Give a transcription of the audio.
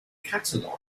catalog